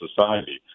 society